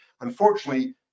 Unfortunately